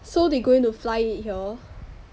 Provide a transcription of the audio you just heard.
so they going to fly it here